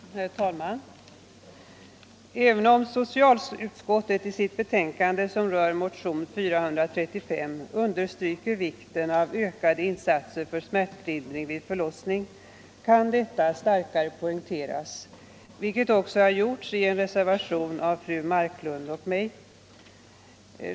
Herr talman! Även om socialutskottet i sitt betänkande angående motion 435 understryker vikten av ökade insatser för smärtlindring vid förlossning kan behovet därav starkare poängteras, vilket också har gjorts i en reservation av fru Marklund och mig.